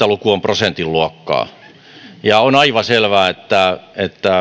luku on prosentin luokkaa ja on aivan selvää että